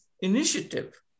initiative